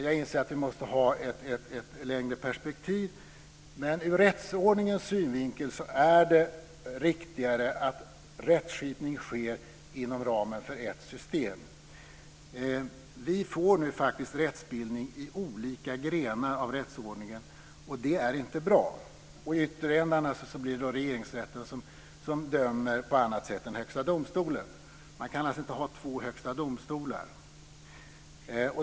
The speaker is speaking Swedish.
Jag inser att vi måste ha ett längre perspektiv, men ur rättsordningens synvinkel är det riktigare att rättsskipning sker inom ramen för ett system. Vi får faktiskt rättsbildning i olika grenar av rättsordningen och det är inte bra. I ytterändarna blir det Regeringsrätten som dömer på annat sätt än Högsta domstolen. Man kan alltså inte ha två högsta domstolar.